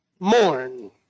mourn